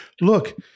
look